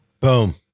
Boom